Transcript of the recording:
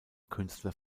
künstler